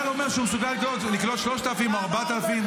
וכשצה"ל אומר שהוא מסוגל לקלוט 3,000, עזוב,